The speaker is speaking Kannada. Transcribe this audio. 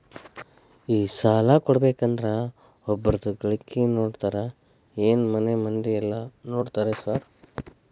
ಈ ಸಾಲ ಕೊಡ್ಬೇಕಂದ್ರೆ ಒಬ್ರದ ಗಳಿಕೆ ನೋಡ್ತೇರಾ ಏನ್ ಮನೆ ಮಂದಿದೆಲ್ಲ ನೋಡ್ತೇರಾ ಸಾರ್?